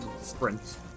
sprint